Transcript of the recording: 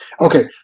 Okay